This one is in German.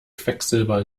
quecksilber